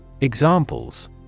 Examples